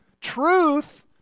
Truth